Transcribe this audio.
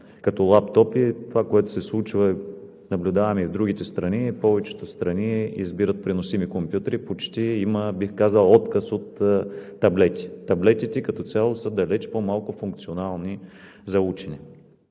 като лаптопи. Това, което се случва, го наблюдаваме и в другите страни – повечето страни избират преносими компютри, почти бих казал има отказ от таблети. Таблетите като цяло са далече по-малко функционални за учене,